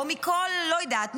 או לא יודעת,